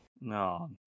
no